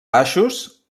baixos